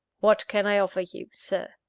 what can i offer you, sir?